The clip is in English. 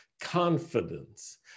confidence